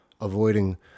Avoiding